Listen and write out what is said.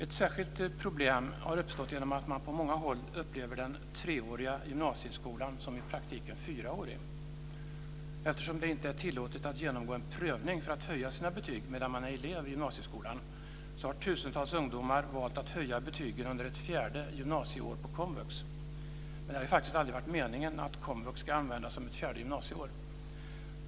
Ett särskilt problem har uppstått genom att man på många håll upplever den treåriga gymnasieskolan som i praktiken fyraårig. Eftersom det inte är tillåtet att genomgå en prövning för att höja sina betyg medan man är elev i gymnasieskolan har tusentals ungdomar valt att höja betygen under ett fjärde gymnasieår på komvux. Men det har faktiskt aldrig varit meningen att komvux ska användas som ett fjärde gymnasieår.